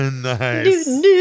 Nice